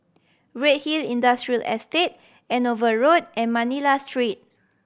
Redhill Industrial Estate Andover Road and Manila Street